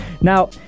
Now